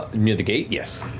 near the gate, yes.